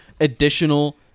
additional